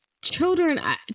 children